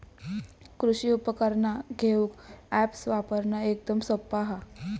कृषि उपकरणा घेऊक अॅप्स वापरना एकदम सोप्पा हा